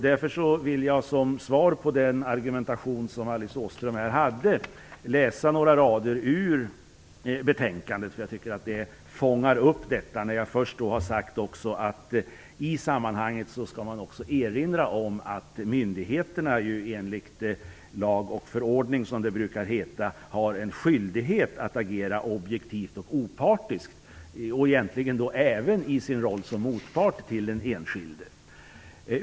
Därför vill jag som svar på Alice Åströms argumentation citera några rader ur betänkandet, eftersom jag tycker att de fångar upp detta. Jag har också sagt att man i sammanhanget skall erinra om att myndigheterna enligt lag och förordning, som det brukar heta, har en skyldighet att agera objektivt och opartiskt - egentligen även i sin roll som motpart till den enskilde.